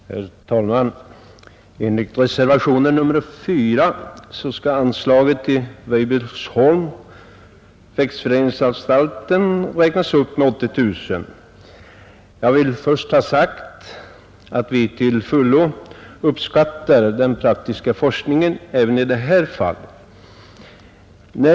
Herr talman! Enligt reservationen 4 skall anslaget till Weibullsholms växtförädlingsanstalt räknas upp med 80 000 kronor. Jag vill först ha sagt att vi till fullo uppskattar den praktiska forskningen även i det här fallet.